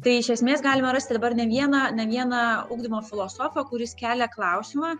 tai iš esmės galima rasti dabar ne vieną ne vieną ugdymo filosofą kuris kelia klausimą